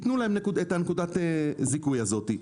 ייתנו להן את נקודת הזיכוי הזאת.